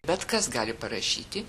bet kas gali parašyti